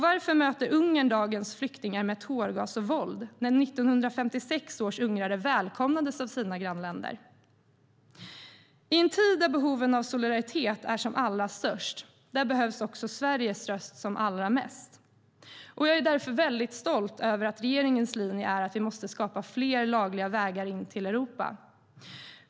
Varför möter Ungern dagens flyktingar med tårgas och våld, när 1956 års ungrare välkomnades i sina grannländer? I en tid då behovet av solidaritet är som allra störst behövs också Sveriges röst som allra mest. Jag är därför väldigt stolt över att regeringens linje är att vi måste skapa fler lagliga vägar in till Europa.